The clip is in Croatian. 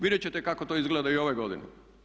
Vidjet ćete kako to izgleda i ove godine.